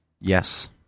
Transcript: Yes